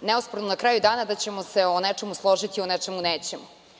neosporno je na kraju dana da ćemo se o nečemu složiti, a o nečemu nećemo.